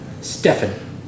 Stefan